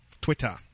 Twitter